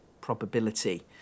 probability